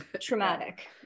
traumatic